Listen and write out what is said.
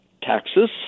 taxes